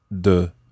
de